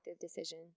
decision